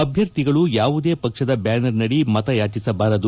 ಅಭ್ಯರ್ಥಿಗಳು ಯಾವುದೇ ಪಕ್ಷದ ಬ್ಯಾನರ್ನಡಿ ಮತಯಾಚಿಸಬಾರದು